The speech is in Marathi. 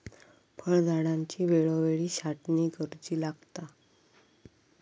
फळझाडांची वेळोवेळी छाटणी करुची लागता